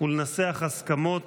ולנסח הסכמות